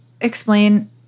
explain